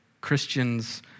Christians